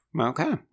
Okay